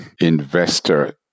investor